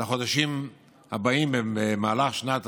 לחודשים הבאים בשנת 2020,